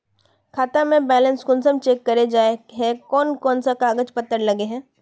खाता में बैलेंस कुंसम चेक करे जाय है कोन कोन सा कागज पत्र लगे है?